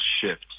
shift